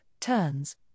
turns